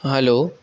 hello